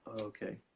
Okay